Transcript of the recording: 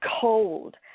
cold